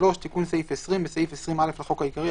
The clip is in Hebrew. "תיקון סעיף 20 3. בסעיף 20(א) לחוק העיקרי,